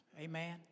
Amen